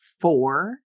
four